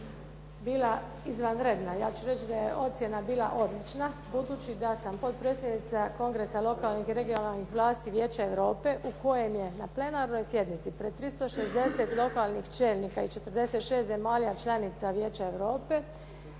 bila izvanredna. Ja ću reći da je ocjena bila odlična budući da sam potpredsjednica Kongresa lokalnih i regionalnih vlasti Vijeća Europe u kojem je na plenarnoj sjednici pred 360 lokalnih čelnika i 46 zemalja članica Vijeća Europe,